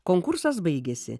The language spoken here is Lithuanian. konkursas baigėsi